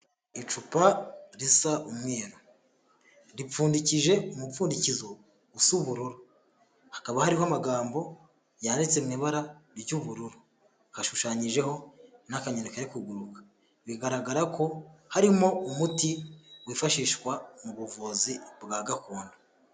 Icupa risa umweru ripfundikije umupfundikizo usa ubururu, hakaba hariho amagambo yanditse mu ibara ry'ubururu hashushanyijeho n'akanyoni kari kuguruka, bigaragara ko harimo umuti wifashishwa mu buvuzi bwa gakondo.